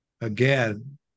again